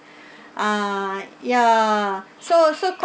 uh ya so so